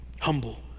Humble